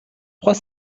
trois